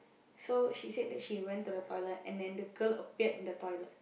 so she said that she went to the toilet and then the girl appeared in the toilet